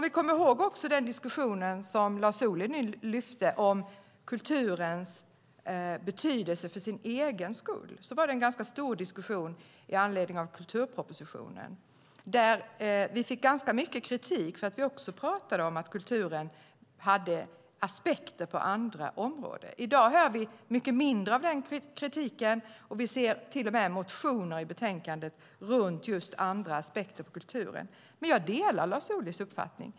Vi kan också komma ihåg den diskussion som Lars Ohly lyfte fram om kulturens betydelse för dess egen skull. Det var en ganska stor diskussion med anledning av kulturpropositionen, där vi fick ganska mycket kritik därför att vi pratade om att kulturen hade aspekter på andra områden. I dag hör vi mycket mindre av den kritiken, och vi ser till och med motioner i betänkandet kring just andra aspekter på kulturen. Men jag delar Lars Ohlys uppfattning.